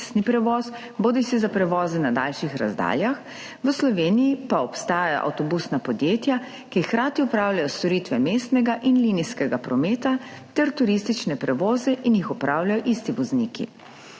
v Sloveniji avtobusna podjetja, ki hkrati opravljajo storitve mestnega in linijskega prometa ter turistične prevoze in jih opravljajo isti vozniki.